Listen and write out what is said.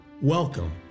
welcome